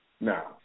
Now